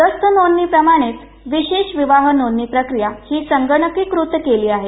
दस्त नोंदणी प्रमाणेच विशेष विवाह नोंदणी प्रक्रिया ही संगणकीकृत केली आहे